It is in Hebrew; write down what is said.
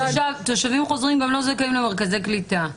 תושבים חוזרים גם לא זכאים למרכזי קליטה.